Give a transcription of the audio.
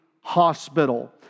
Hospital